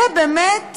זה באמת